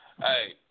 hey